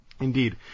Indeed